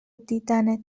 دیدنت